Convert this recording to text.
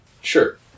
sure